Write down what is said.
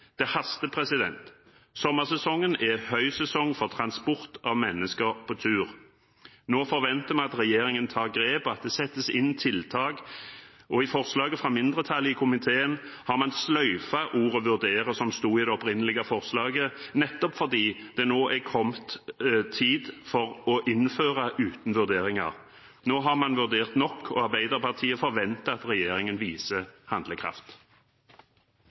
Det haster! Sommersesongen er høysesong for transport av mennesker på tur. Nå forventer vi at regjeringen tar grep, og at det settes inn tiltak. I forslaget fra mindretallet i komiteen har man sløyfet ordet «vurdere», som stod i det opprinnelige forslaget, nettopp fordi tiden nå er kommet for å innføre, uten vurderinger. Nå har man vurdert nok, og Arbeiderpartiet forventer at regjeringen viser handlekraft.